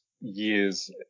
years